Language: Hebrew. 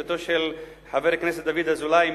בראשות חבר הכנסת דוד אזולאי,